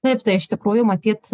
taip tai iš tikrųjų matyt